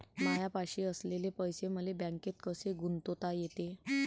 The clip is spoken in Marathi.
मायापाशी असलेले पैसे मले बँकेत कसे गुंतोता येते?